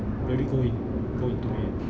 really go in go into it